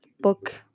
book